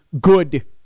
good